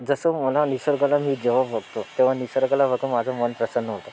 जसं मला निसर्गाला मी जेव्हा बघतो तेव्हा निसर्गाला बघून माझं मन प्रसन्न होतं